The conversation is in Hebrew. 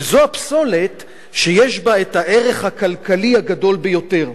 שזו הפסולת שיש לה הערך הכלכלי הגדול ביותר.